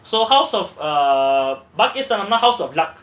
so house of err பாக்கியஸ்தன்:bhagyasthan